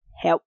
help